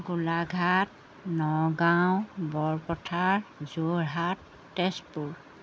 Golaghat Nagaon Borpathar Jorhat Tezpur